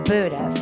Buddha